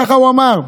ככה הוא אמר.